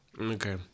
Okay